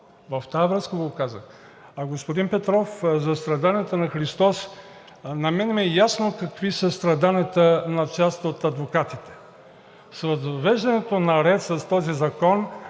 в тази връзка го казах. Господин Петров, за страданията на Христос. На мен ми е ясно какви са страданията на част от адвокатите. С въвеждането на ред с този закон